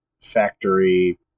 Factory